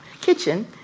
kitchen